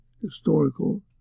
historical